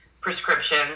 prescription